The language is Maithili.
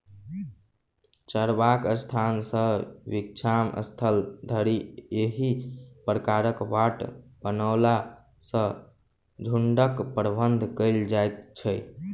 चरबाक स्थान सॅ विश्राम स्थल धरि एहि प्रकारक बाट बनओला सॅ झुंडक प्रबंधन कयल जाइत छै